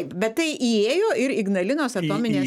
bet tai įėjo ir ignalinos atominės